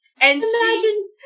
Imagine